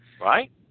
Right